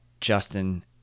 Justin